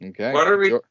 Okay